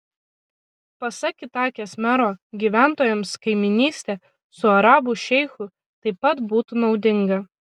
pasak itakės mero gyventojams kaimynystė su arabų šeichu taip pat būtų naudinga